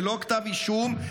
ללא כתב אישום,